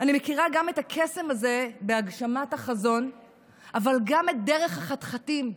אני מכירה גם את הקסם הזה בהגשמת החזון אבל גם את דרך החתחתים,